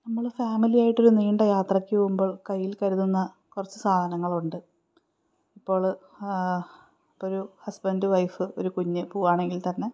നമ്മള് ഫാമിലിയായിട്ടൊരു നീണ്ടയാത്രയ്ക്ക് പോകുമ്പോൾ കയ്യിൽ കരുതുന്ന കുറച്ച് സാധനങ്ങളുണ്ട് ഇപ്പോള് ഇപ്പോള് ഒരു ഹസ്ബൻഡ് വൈഫ് ഒരു കുഞ്ഞ് പോവുകയാണെങ്കിൽ തന്നെ